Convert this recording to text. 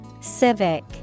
Civic